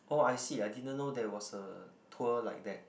oh I see I didn't know there was a tour like that